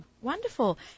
wonderful